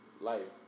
life